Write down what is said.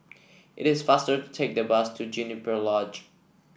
it is faster to take the bus to Juniper Lodge